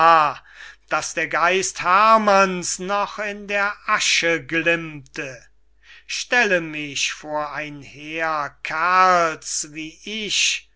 daß der geist herrmanns noch in der asche glimmte stelle mich vor ein heer kerls wie ich